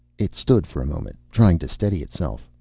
it stood for a moment, trying to steady itself.